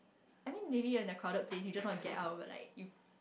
I mean maybe in a crowded place you just want to get out of like you